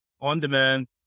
on-demand